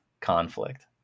conflict